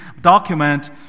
document